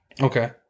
Okay